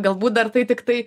galbūt dar tai tiktai